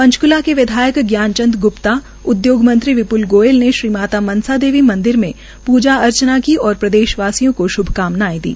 पंचकूला के विधायक ज्ञानंचंद ग्प्ता उद्योग मंत्री विप्ल गोयल ने श्री माता मनसा देवी मंदिर में पूजा अर्चना की और प्रदेशवासियों को श्भकामनाएं दी